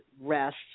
rest